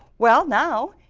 well, now,